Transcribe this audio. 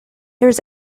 there